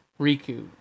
Riku